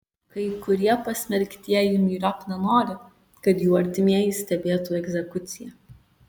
kai kurie pasmerktieji myriop nenori kad jų artimieji stebėtų egzekuciją